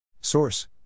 Source